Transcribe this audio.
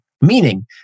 meaning